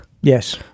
Yes